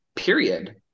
Period